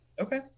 okay